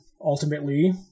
ultimately